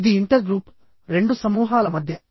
ఇది inter group రెండు సమూహాల మధ్య